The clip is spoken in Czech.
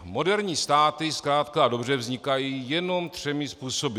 Moderní státy zkrátka a dobře vznikají jenom třemi způsoby.